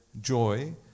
joy